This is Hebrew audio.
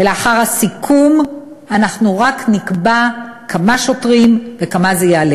ולאחר הסיכום אנחנו רק נקבע כמה שוטרים וכמה זה יעלה,